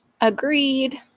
Agreed